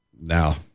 now